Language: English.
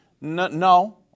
No